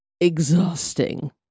exhausting